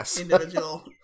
individual